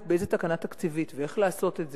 באיזו תקנה תקציבית ואיך לעשות את זה.